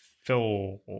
fill